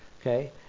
Okay